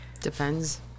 Depends